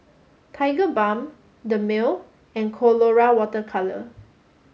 Tigerbalm Dermale and Colora water colour